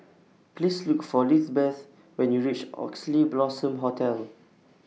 Please Look For Lizbeth when YOU REACH Oxley Blossom Hotel